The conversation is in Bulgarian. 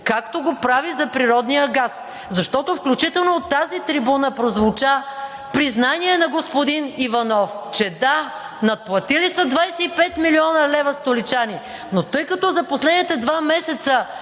както го прави за природния газ. Защото включително от тази трибуна прозвуча признание на господин Иванов, че да, столичани са надплатили 25 млн. лв., но тъй като за последните два месеца